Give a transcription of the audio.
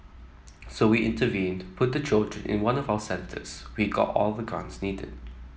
so we intervened put the children in one of our centres we got all the grants needed